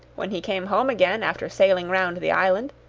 when he came home again after sailing round the island.